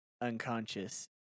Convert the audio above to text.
unconscious